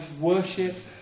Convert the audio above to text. worship